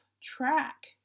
track